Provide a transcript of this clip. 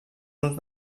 uns